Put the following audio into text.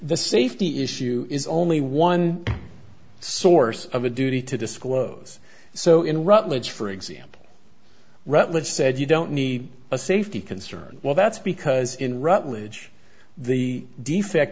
the safety issue is only one source of a duty to disclose so in rutledge for example rutledge said you don't need a safety concern well that's because in rutledge the defect